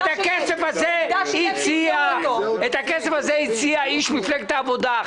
את הכסף הזה הציע איש מפלגת העבודה,